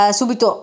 subito